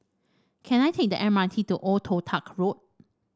can I take the M R T to Old Toh Tuck Road